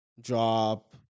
drop